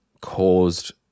caused